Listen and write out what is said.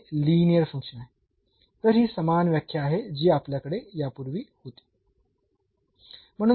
तर ही समान व्याख्या आहे जी आपल्याकडे यापूर्वी होती